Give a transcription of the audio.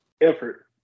Effort